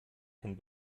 kann